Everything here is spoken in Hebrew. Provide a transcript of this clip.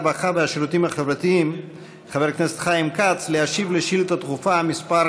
הרווחה והשירותים החברתיים חבר הכנסת חיים כץ להשיב על שאילתה דחופה מס'